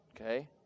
Okay